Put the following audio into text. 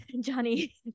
Johnny